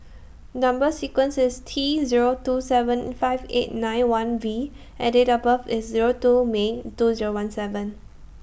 Number sequence IS T Zero two seven five eight nine one V and Date of birth IS Zero two May two Zero one seven